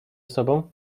sobą